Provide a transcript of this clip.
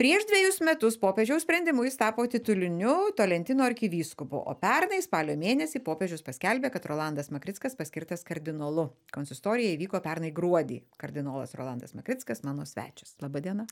prieš dvejus metus popiežiaus sprendimu jis tapo tituliniu tolentino arkivyskupu o pernai spalio mėnesį popiežius paskelbė kad rolandas makrickas paskirtas kardinolu konsistorija įvyko pernai gruodį kardinolas rolandas makrickas mano svečias laba diena